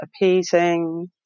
appeasing